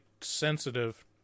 sensitive